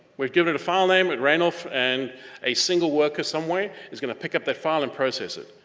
we've given it a file name, it ran off, and a single worker somewhere is gonna pick up that file and process it.